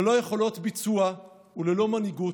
ללא יכולות ביצוע וללא מנהיגות,